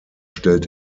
stellt